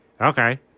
Okay